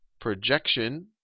projection